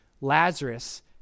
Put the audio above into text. Lazarus